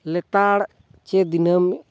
ᱞᱮᱛᱟᱲ ᱥᱮ ᱫᱤᱱᱟᱹᱢ